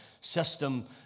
system